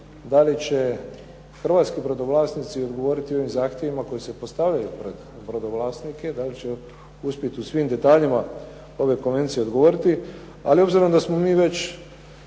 da li će hrvatski brodovlasnici odgovoriti ovim zahtjevima koji se postavljaju pred brodovlasnike, da li će uspjeti u svim detaljima ove konvencije odgovoriti. Ali obzirom da smo mi već